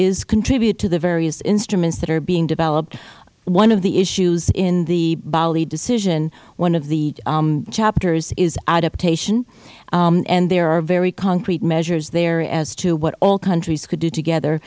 is contribute to the various instruments that are being developed one of the issues in the bali decision one of the chapters is adaptation and there are very concrete measures there as to what all countries could do together